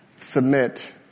submit